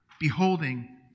beholding